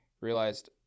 realized